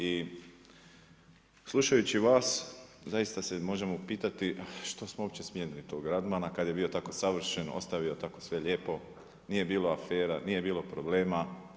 I slušajući vas zaista se možemo upitati što smo uopće smijenili tog Radmana kada je bio tako savršen, ostavio tako sve lijepo, nije bilo afera, nije bilo problema?